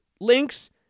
links